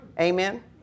Amen